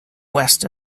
west